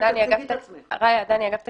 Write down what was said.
רעיה עדני, אגף תקציבים.